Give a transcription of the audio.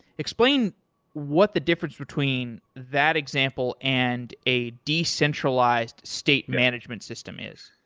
explain what the difference between that example and a decentralized state management system is.